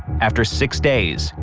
after six days,